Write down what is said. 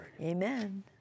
Amen